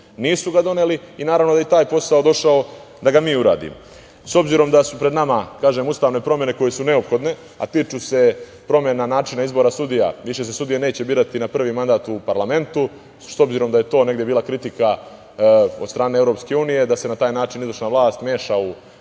nisu ga doneli i naravno da je i taj posao došao da ga mi uradimo.S obzirom da su pred nama, kažem, ustavne promene koje su neophodne, a tiču se promena načina izbora sudija, više se sudije neće birati na prvi mandat u parlamentu, s obzirom da je to negde bila kritika od strane EU, da se na taj način izvršna vlast meša u